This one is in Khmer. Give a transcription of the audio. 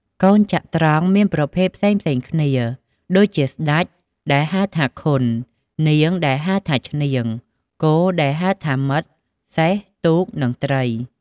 កូនចត្រង្គមានប្រភេទផ្សេងៗគ្នា ដូចជា ស្ដេច ដែលហៅថាខុន នាង ដែលហៅថាឈ្នាង គោល ដែលហៅថាម៉ិត សេះ ទូក និងត្រី។